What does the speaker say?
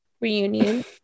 reunion